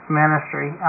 ministry